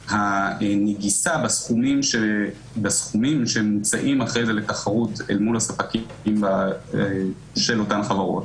הנגיסה בסכומים שמוצאים אחרי זה לתחרות אל מול הספקים של אותן חברות